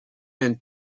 même